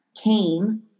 came